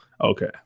Okay